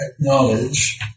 acknowledge